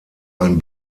ein